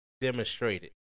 demonstrated